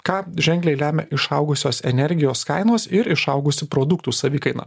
ką ženkliai lemia išaugusios energijos kainos ir išaugusi produktų savikaina